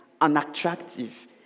unattractive